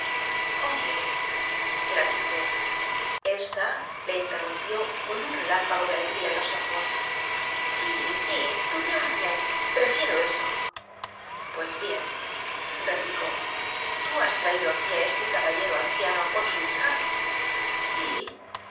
oye la dijo esta le interrumpió con un relámpago de alegría en los ojos sí sí tuteadme prefiero eso pues bien replicó tú has traído aquí á ese caballero anciano con su hija sí